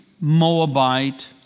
Moabite